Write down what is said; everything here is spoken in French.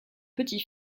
petit